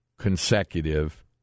consecutive